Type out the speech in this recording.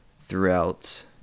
throughout